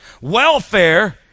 Welfare